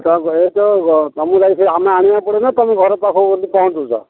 ତ ଏ ତ ତୁମକୁ ଯାଇ ଆମେ ଆଣିବାକୁ ପଡ଼ିବ ନା ତୁମେ ଘର ପାଖକୁ ପହଞ୍ଚଉଛ